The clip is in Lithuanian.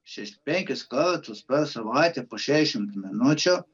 šešis penkis kartus per savaitę po šešiasdešimt minučių